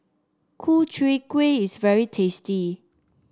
Ku Chai Kuih is very tasty